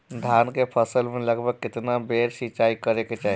धान के फसल मे लगभग केतना बेर सिचाई करे के चाही?